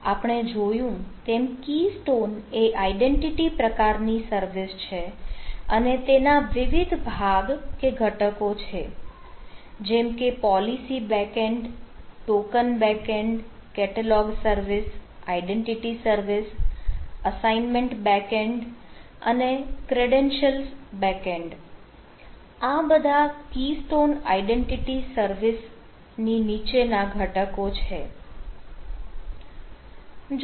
આપણે જોયું તેમ કી સ્ટોન એ આઇડેન્ટિટી પ્રકારની સર્વિસ છે અને તેના વિવિધ ભાગ કે ઘટકો છે જેમકે policy back end token back end catalog service identity service assignment back end અને ક્રેડેન્શીયલ બેક એન્ડ આ બધા કી સ્ટોન આઇડેન્ટિટી સર્વિસની નીચે ના ઘટકો છે